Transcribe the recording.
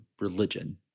religion